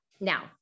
Now